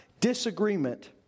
disagreement